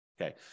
Okay